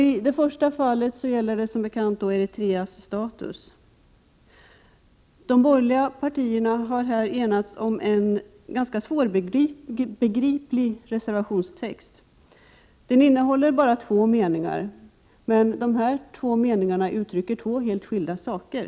I det första fallet gäller det som bekant Eritreas status. De borgerliga partierna har enats om en ganska svårbegriplig reservationstext. Den innehåller bara två meningar, men de uttrycker två helt skilda saker.